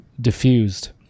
diffused